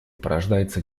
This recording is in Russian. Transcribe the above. порождается